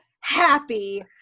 happy